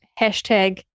hashtag